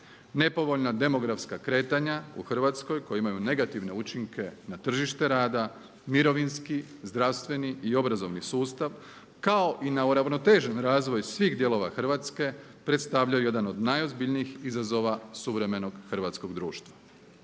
Nepovoljna demografska kretanja u Hrvatskoj koja imaju negativne učinke na tržište rada, mirovinski, zdravstveni i obrazovni sustav kao i na uravnotežen razvoj svih dijelova Hrvatske predstavljaju jedan od najozbiljnijih izazova suvremenog hrvatskog društva.